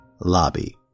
Lobby